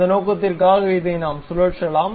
அந்த நோக்கத்திற்காக இதை நாம் சுழற்றலாம்